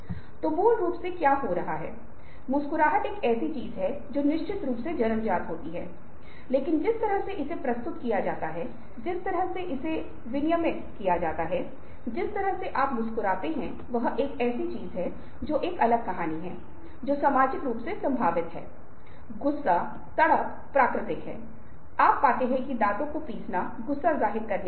किसी मामले में जब चेहरा प्रोफाइल से मेल खाता है जैसा कि यहां बताया गया है तो आपके पास प्रतिक्रियाओं का एक सेट होगा जहां यह रूपरेखा प्रोफ़ाइल Profile से मेल नहीं खाता है आपके पास प्रतिक्रियाओं का एक और सेट होगा और यह पता लगाने के लिए बहुत दिलचस्प हो जाता है जैसा कि हमने चर्चा मंच पर चर्चा किया है